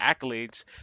accolades